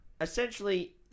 essentially